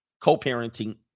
co-parenting